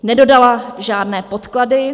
Nedodala žádné podklady.